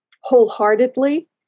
wholeheartedly